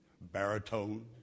Baritone